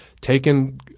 taken